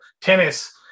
Tennis